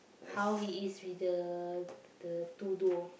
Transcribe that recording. how he is with the the two duo